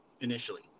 initially